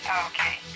okay